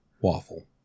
Waffle